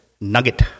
Nugget